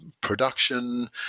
production